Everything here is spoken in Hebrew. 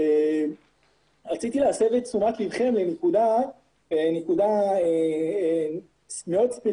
רציתי להסב את תשומת ליבכם לנקודה מאוד ספציפית